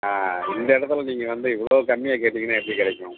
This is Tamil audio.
இந்த இடத்துல நீங்கள் வந்து இவ்வளோக் கம்மியாக கேட்டீங்கன்னால் எப்படிக் கிடைக்கும்